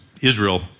Israel